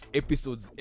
episodes